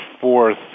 fourth